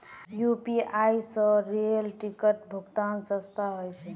UPI स rail ticket भुक्तान सस्ता ह छेक